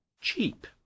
cheap